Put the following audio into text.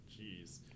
Jeez